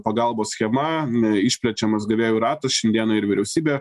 pagalbos schema išplečiamas gavėjų ratas šiandieną ir vyriausybė